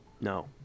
No